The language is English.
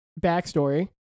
backstory